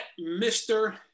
Mr